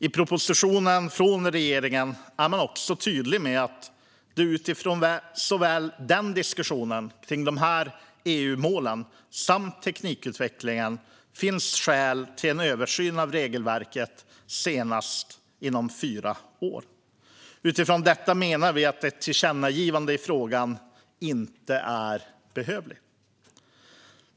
I propositionen från regeringen är man också tydlig med att det utifrån såväl diskussionen om dessa EU-mål som teknikutvecklingen finns skäl till en översyn av regelverket senast inom fyra år. Därför menar vi att ett tillkännagivande i frågan inte är behövligt.